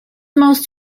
most